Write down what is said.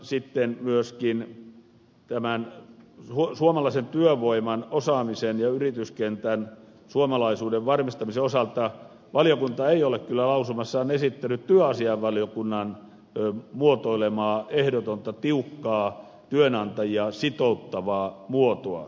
sitten myöskään suomalaisen työvoiman osaamisen ja yrityskentän suomalaisuuden varmistamisen osalta valiokunta ei ole kyllä lausumassaan esittänyt työasiainvaliokunnan muotoilemaa ehdotonta tiukkaa työnantajia sitouttavaa muotoa